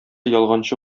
ялганчы